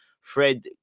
Fred